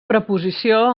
preposició